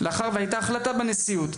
מאחר והייתה החלטה בנשיאות,